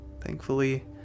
Thankfully